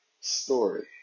story